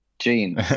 Gene